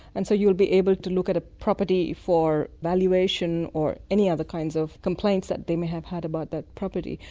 and so you will be able to look at a property for evaluation or any other kinds of complaints that they might have had about that property.